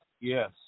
yes